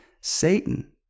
Satan